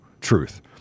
truth